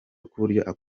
akubonye